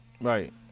Right